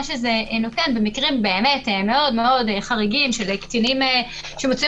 שזה נותן במקרים מאוד מאוד חריגים של קטינים שמוצאים